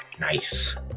Nice